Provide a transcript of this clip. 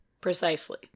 precisely